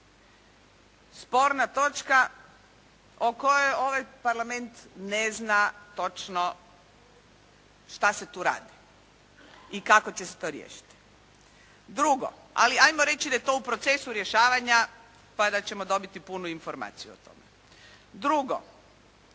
Sporna točka o kojoj ovaj Parlament ne zna točno što se tu radi i kako će se to riješiti. Drugo, ali hajmo reći jer je to u procesu rješavanja pa da ćemo dobiti punu informaciju o tome. Drugo.